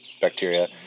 bacteria